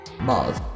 Mars